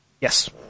Yes